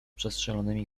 przestrzelonymi